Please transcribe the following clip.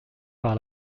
par